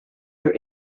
your